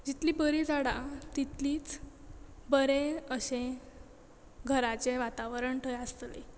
जितली बरी झाडां तितलीच बरे अशे घराचे वातावरण थंय आसतलें